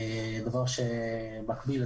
דבר שמקביל,